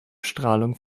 strahlung